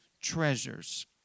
treasures